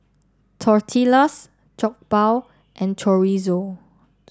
Tortillas Jokbal and Chorizo